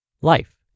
Life